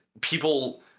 people